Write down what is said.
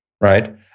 right